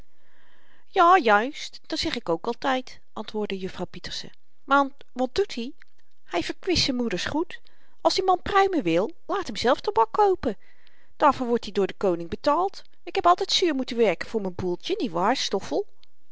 ja juist dat zeg ik ook altyd antwoordde juffrouw pieterse want wat doet i hy verkwist z'n moeders goed als die man pruimen wil laat m zelf tabak koopen daarvoor wordt i door den koning betaald ik heb altyd zuur moeten werken voor m'n boeltje niet waar stoffel